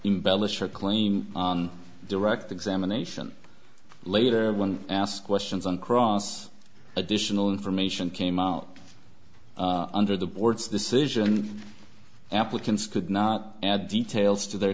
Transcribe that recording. embellish her claim on direct examination later when asked questions on cross additional information came out under the board's decision applicants could not add details to the